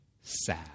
sad